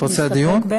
אתה רוצה דיון?